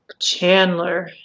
Chandler